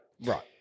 right